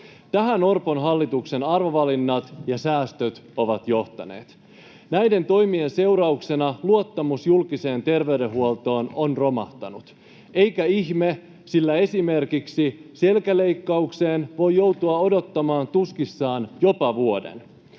Tähän Orpon hallituksen arvovalinnat ja säästöt ovat johtaneet. Näiden toimien seurauksena luottamus julkiseen terveydenhuoltoon on romahtanut, eikä ihme, sillä esimerkiksi selkäleikkaukseen voi joutua odottamaan tuskissaan jopa vuoden.